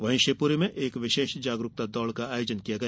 वहीं शिवपुरी में विशेष जागरूकता दौड़ का आयोजन किया गया